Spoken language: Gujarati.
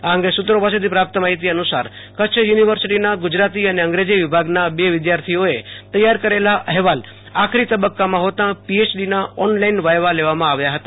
આ અંગે સુત્રો પાસેથી પ્રાપ્ત માહિતી અનુસાર કચ્છ યુનિર્વસીટીના ગુજરાતી અને અંગ્રેજી વિભાગના બે વિધાર્થિઓએ તૈયાર કરેલા અહેવાલ આખરી તબકકામાં હોતાં પીએચડીના ઓનલાઈન વાયવા લેવામાં આવ્યા હતા